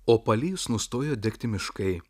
o palijus nustojo degti miškai